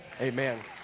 Amen